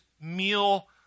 meal